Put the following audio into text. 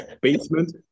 basement